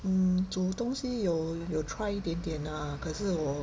mm 嗯煮东西有有 try 一点点 ah 可是我